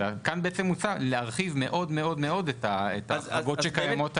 וכאן בעצם מוצע להרחיב מאוד מאוד את ההחרגות שקיימות היום.